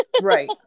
Right